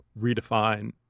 redefine